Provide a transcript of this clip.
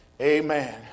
Amen